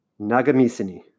nagamisini